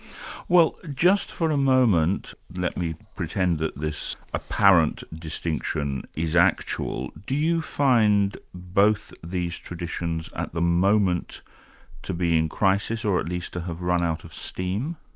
well just for a moment, let me pretend that this apparent distinction is actual. do you find both these traditions at the moment to be in crisis, or at least to have run out of steam?